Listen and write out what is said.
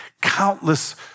countless